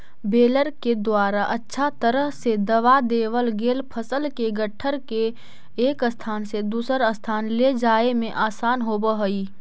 baler के द्वारा अच्छा तरह से दबा देवल गेल फसल के गट्ठर के एक स्थान से दूसर स्थान ले जाए में आसान होवऽ हई